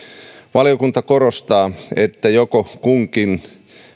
valiokunta korostaa että joko kunkin